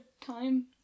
Time